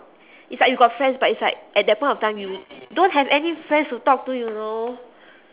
it's like you got friends but it's like at that point of time you don't have any friends to talk to you know